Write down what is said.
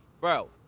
bro